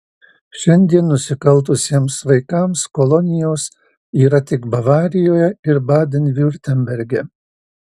šiandien nusikaltusiems vaikams kolonijos yra tik bavarijoje ir baden viurtemberge